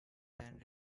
than